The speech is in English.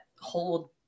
Hold